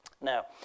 Now